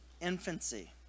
infancy